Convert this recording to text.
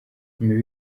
imibu